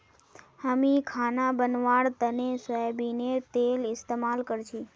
हामी खाना बनव्वार तने सोयाबीनेर तेल इस्तेमाल करछी